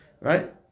Right